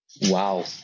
Wow